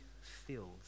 filled